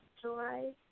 July